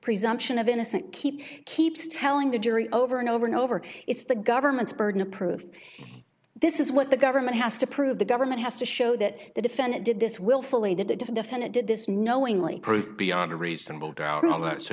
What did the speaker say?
presumption of innocence keep keeps telling the jury over and over and over it's the government's burden of proof this is what the government has to prove the government has to show that the defendant did this willfully did the defendant did this knowingly prove beyond a reasonable d